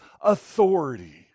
authority